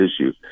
issue